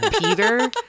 Peter